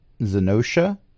Zenosha